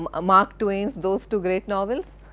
um mark twain's those two great novels,